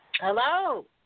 Hello